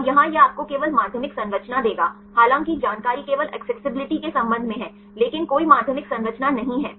और यहां यह आपको केवल माध्यमिक संरचना देगा हालांकि जानकारी केवल अक्सेसिबिल्टी के संबंध में है लेकिन कोई माध्यमिक संरचना नहीं है